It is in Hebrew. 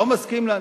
לא מסכים לה,